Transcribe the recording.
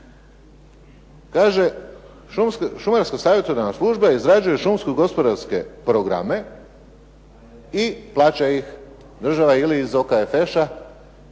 Kaže šumarska savjetodavna služba izrađuje šumsko gospodarske programe i plaća ih država ili iz OKFŠ-a,